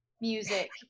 music